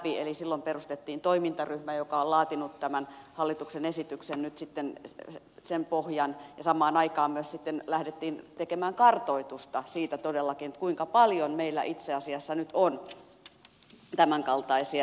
silloin perustettiin toimintaryhmä joka on laatinut tämän hallituksen esityksen pohjan nyt sitten ja samaan aikaan myös lähdettiin todellakin tekemään kartoitusta siitä kuinka paljon meillä itse asiassa nyt on tämänkaltaisia